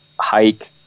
hike